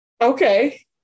Okay